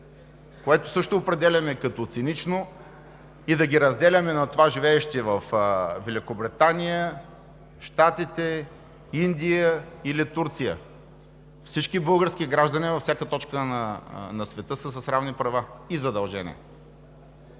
което също определяме като цинично и да ги разделяме на това живеещи във Великобритания, Щатите, Индия или Турция… Всички български граждани във всяка точка на света са с равни права и задължения.